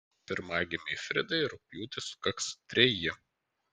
pirmagimei fridai rugpjūtį sukaks treji